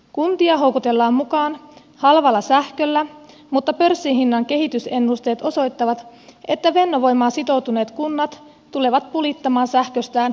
kuntia houkutellaan mukaan halvalla sähköllä mutta pörssin hinnankehitysennusteet osoittavat että fennovoimaan sitoutuneet kunnat tulevat pulittamaan sähköstään ylihintaa